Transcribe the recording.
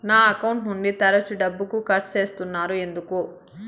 నా అకౌంట్ నుండి తరచు డబ్బుకు కట్ సేస్తున్నారు ఎందుకు